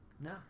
No